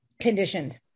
conditioned